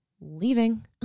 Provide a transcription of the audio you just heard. leaving